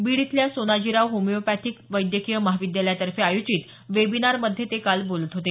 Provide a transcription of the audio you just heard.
बीड इथल्या सोनाजीराव होमिओपॅथीक वैद्यकीय महाविद्यालयातर्फे आयोजित वेबिनारमध्ये ते काल बोलत होते